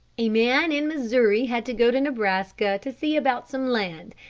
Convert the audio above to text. a man in missouri had to go to nebraska to see about some land.